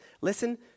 Listen